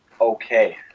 okay